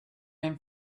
ran